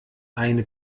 eine